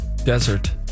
Desert